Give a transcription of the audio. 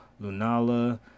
Lunala